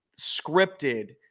scripted